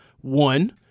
One